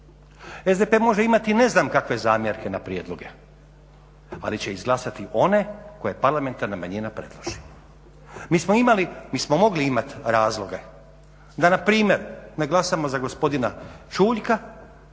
SDP može imati ne znam kakve zamjerke na prijedloge ali će izglasati one koje parlamentarna manjina predloži. Mi smo imali, mi smo mogli imati razloge da npr. ne glasamo za gospodin Čuljka